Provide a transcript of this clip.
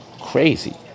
crazy